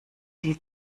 die